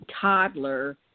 toddler